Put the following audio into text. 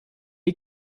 est